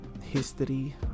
history